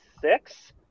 six